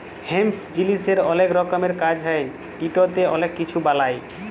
hemp জিলিসের অলেক রকমের কাজ হ্যয় ইটতে অলেক কিছু বালাই